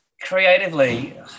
Creatively